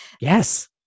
Yes